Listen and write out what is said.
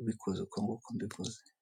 ubikoze uko nguko mbivuze.